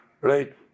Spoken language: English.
right